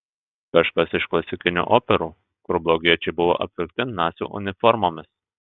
kažkas iš klasikinių operų kur blogiečiai buvo apvilkti nacių uniformomis